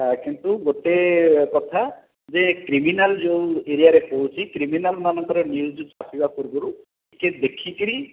କିନ୍ତୁ ଗୋଟିଏ କଥା ଯେ କ୍ରିମିନାଲ୍ ଯେଉଁ ଏରିୟାରେ ହେଉଛି କ୍ରିମିନାଲ୍ ମାନଙ୍କର ନ୍ୟୁଜ୍ ଛାଡ଼ିବା ପୂର୍ବରୁ ଟିକେ ଦେଖିକରି